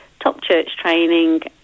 topchurchtraining